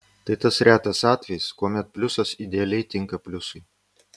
tai tas retas atvejis kuomet pliusas idealiai tinka pliusui